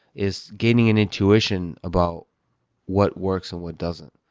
is gaining an institution about what works and what doesn't.